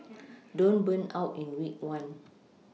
don't burn out in week one